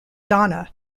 donna